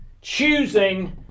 choosing